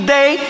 Day